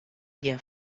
gjin